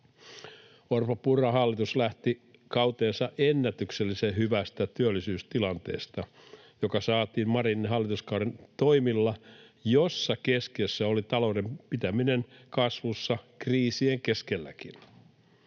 Orpon—Purran hallitus lähti kauteensa ennätyksellisen hyvästä työllisyystilanteesta, joka saatiin Marinin hallituskauden toimilla, joissa keskiössä oli talouden pitäminen kasvussa kriisien keskelläkin.